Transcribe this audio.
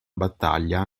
battaglia